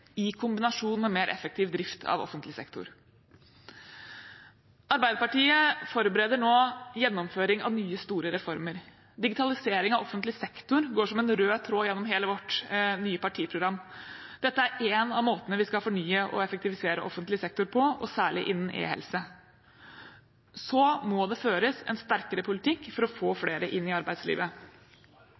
i kombinasjon med mer effektiv drift av offentlig sektor. Arbeiderpartiet forbereder nå gjennomføring av nye, store reformer. Digitalisering av offentlig sektor går som en rød tråd gjennom hele vårt nye partiprogram. Dette er én av måtene vi skal fornye og effektivisere offentlig sektor på, og særlig innen e-helse. Så må det føres en sterkere politikk for å få flere inn i arbeidslivet.